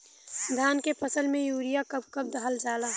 धान के फसल में यूरिया कब कब दहल जाला?